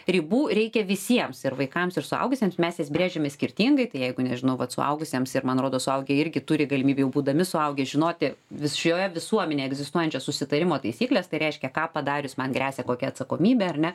ribų reikia visiems ir vaikams ir suaugusiems mes jas brėžiame skirtingai tai jeigu nežinau vat suaugusiems ir man rodos suaugę irgi turi galimybių jau būdami suaugę žinoti vis šioje visuomenėje egzistuojančias susitarimo taisykles tai reiškia ką padarius man gresia kokia atsakomybė ar ne